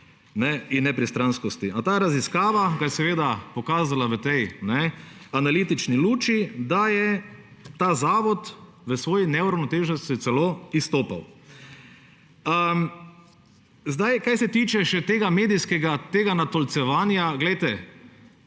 in nepristranskosti. A ta raziskava pa je seveda pokazala v tej analitični luči, da je ta zavod v svoji neuravnoteženosti celo izstopal. Kar se tiče še tega medijskega natolcevanja,